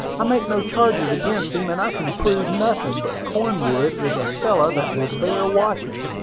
i make no charges against him, and i can prove nothing but cornwood is a fellow that will bear watching.